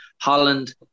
Holland